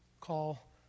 call